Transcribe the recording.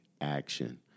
action